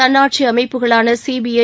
தன்னாட்சி அமைப்புகளான சிபிஐ